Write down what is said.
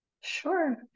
Sure